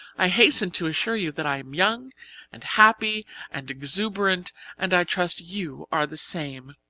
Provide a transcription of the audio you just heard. i hasten to assure you that i am young and happy and exuberant and i trust you are the same.